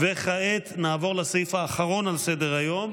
וכעת נעבור לסעיף האחרון על סדר-היום,